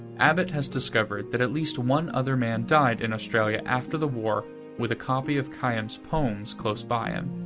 abbott has discovered that at least one other man died in australia after the war with a copy of khayyam's poems close by him.